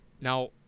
Now